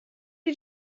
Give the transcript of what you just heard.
die